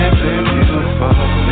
beautiful